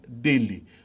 daily